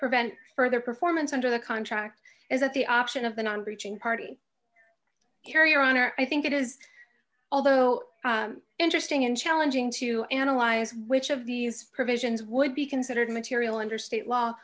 prevent further performance under the contract is that the option of the non breaching party carrier owner i think it is although interesting and challenging to analyze which of these provisions would be considered material under state law